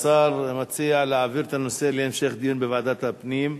השר מציע להעביר את הנושא להמשך דיון בוועדת הפנים.